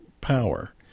power